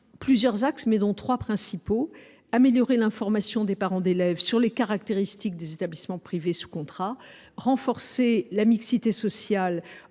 plusieurs axes, dont les trois principaux sont : améliorer l’information des parents d’élèves sur les caractéristiques des établissements privés sous contrat ; renforcer la mixité sociale, en